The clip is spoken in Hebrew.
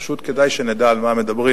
פשוט, כדאי שנדע על מה מדברים.